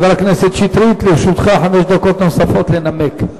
חבר הכנסת שטרית, לרשותך חמש דקות נוספות לנמק.